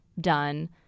done